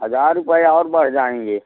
हजार रुपये और बढ़ जाएंगे